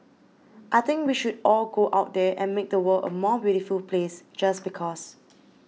I think we should all go out there and make the world a more beautiful place just because